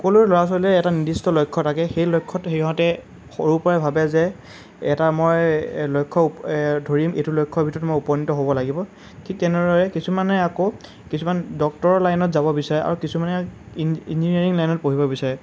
সকলো ল'ৰা ছোৱালীৰে এটা নিৰ্দিষ্ট লক্ষ্য থাকে সেই লক্ষ্যত সিহঁতে সৰুৰ পৰাই ভাবে যে এটা মই লক্ষ্য উপ ধৰিম এইটো লক্ষ্যৰ ভিতৰত মই উপনীত হ'ব লাগিব ঠিক তেনেদৰে কিছুমানে আকৌ কিছুমান ডক্তৰৰ লাইনত যাব বিচাৰে আৰু কিছুমানে ইন ইঞ্জিনিয়াৰিং লাইনত পঢ়িব বিচাৰে